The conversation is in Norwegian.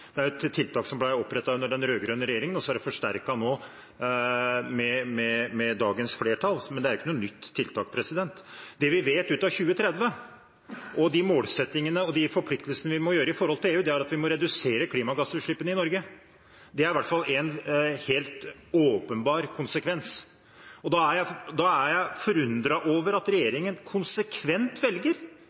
som ble opprettet under den rød-grønne regjeringen, og så er det forsterket nå, med dagens flertall. Men det er jo ikke noe nytt tiltak. Det vi vet for 2030 og de målsettingene og de forpliktelsene vi må gjøre i forhold til EU, er at vi må redusere klimagassutslippene i Norge. Det er i hvert fall en helt åpenbar konsekvens. Da er jeg forundret over at regjeringen konsekvent velger